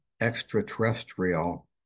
extraterrestrial